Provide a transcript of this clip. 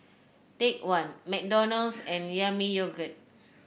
Take One McDonald's and Yami Yogurt